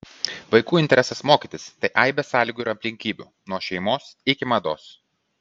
vaikų interesas mokytis tai aibė sąlygų ir aplinkybių nuo šeimos iki mados